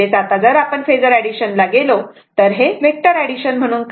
म्हणजेच आता जर आपण फेजर एडिशन ला गेलो तर आता वेक्टर एडिशन करा